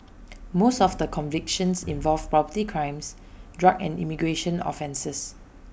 most of the convictions involved property crimes drug and immigration offences